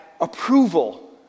approval